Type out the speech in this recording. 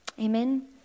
Amen